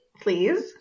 please